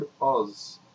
Oz